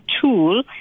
tool